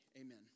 Amen